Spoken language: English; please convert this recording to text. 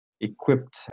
equipped